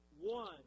one